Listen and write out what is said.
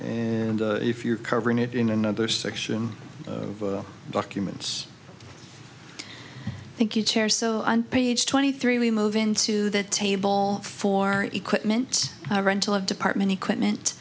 and if you're covering it in another section of documents thank you chair so on page twenty three we move into the table for equipment rental of department equipment